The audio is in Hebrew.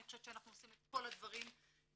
אני חושבת שאנחנו עושים את כל הדברים באיגום